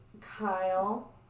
Kyle